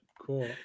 cool